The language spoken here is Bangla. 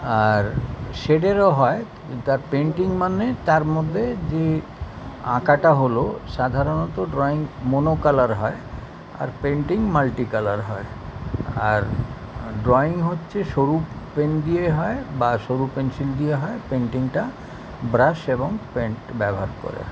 আর শেডেরও হয় তার পেন্টিং মানে তার মধ্যে যে আঁকাটা হল সাধারণত ড্রয়িং মোনো কালার হয় আর পেন্টিং মাল্টিকালার হয় আর ড্রয়িং হচ্ছে সরু পেন দিয়ে হয় বা সরু পেন্সিল দিয়ে হয় পেন্টিংটা ব্রাশ এবং পেন্ট ব্যবহার করে হয়